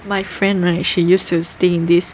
my friend right she used to stay in this